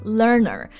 learner